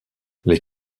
les